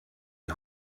die